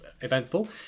eventful